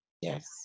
Yes